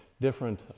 different